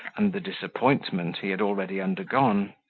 and the disappointment he had already undergone.